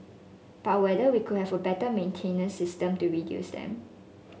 but whether we could have a better maintenance system to reduce them